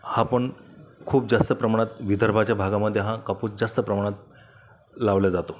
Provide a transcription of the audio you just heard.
हा पण खूप जास्त प्रमाणात विदर्भाच्या भागामधे हा कापूस जास्त प्रमाणात लावल्या जातो